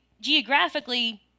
geographically